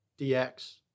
DX